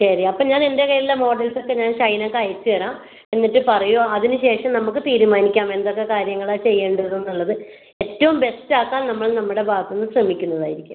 ശരി അപ്പോൾ ഞാൻ എൻ്റെ കയ്യിലുള്ള മോഡൽസ് ഒക്കെ ഞാൻ ഷൈനക്ക് അയച്ചു തരാം എന്നിട്ട് പറയുമോ അതിന് ശേഷം നമ്മൾക്ക് തീരുമാനിക്കാം എന്തൊക്കെ കാര്യങ്ങളാണ് ചെയ്യേണ്ടതെന്ന് ഉള്ളത് ഏറ്റവും ബെസ്റ്റ് ആക്കാൻ നമ്മൾ നമ്മുടെ ഭാഗത്തുനിന്ന് ശ്രമിക്കുന്നതായിരിക്കും